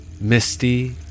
Misty